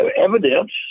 evidence